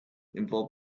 involved